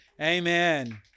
Amen